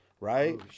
right